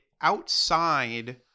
outside